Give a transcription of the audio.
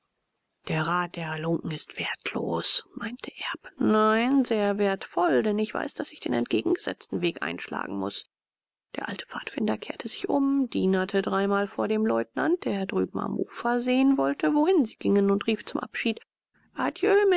der rat der halunken ist wertlos meinte erb nein sehr wertvoll denn ich weiß daß ich den entgegengesetzten weg einschlagen muß der alte pfadfinder kehrte sich um dienerte dreimal vor dem leutnant der drüben am ufer sehen wollte wohin sie gingen und rief zum abschied